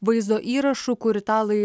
vaizdo įrašų kur italai